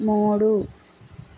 మూడు